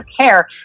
care